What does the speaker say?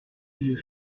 vieux